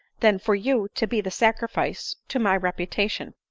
than for you to be the sacrifice to my reputation.